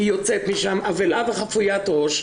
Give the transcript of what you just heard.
היא יוצאת משם אבלה וחפוית ראש,